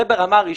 זה ברמה ראשונה.